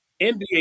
nba